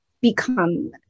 become